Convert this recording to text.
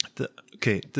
Okay